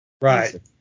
Right